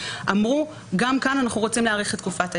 אמרו שגם כאן אנחנו רוצים להאריך את תקופת ההתיישנות.